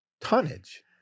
Tonnage